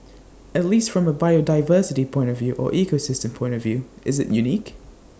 at least from A biodiversity point of view or ecosystem point of view is IT unique